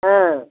हाँ